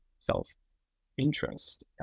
self-interest